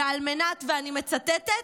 על מנת,